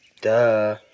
Duh